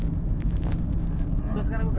aku rasa for phone dia akan ikut kau punya suara ah